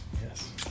yes